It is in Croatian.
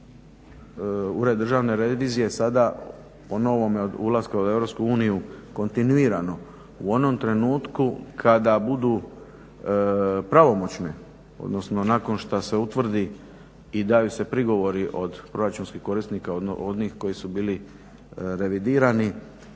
Ured državne revizije sada po novome od ulaska u EU kontinuirano u onom trenutku kada budu pravomoćne, odnosno nakon što se utvrdi i daju se prigovori od proračunskih korisnika, onih koji su bili revidirani,